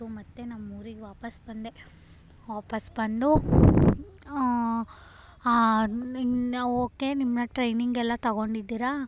ಮತ್ತು ನಮ್ಮೂರಿಗೆ ವಾಪಸ್ ಬಂದೆ ವಾಪಸ್ ಬಂದು ನಿನ್ನ ಓಕೆ ನಿಮ್ಮನ್ನು ಟ್ರೈನಿಂಗ್ ಎಲ್ಲ ತೊಗೊಂಡಿದ್ದೀರಾ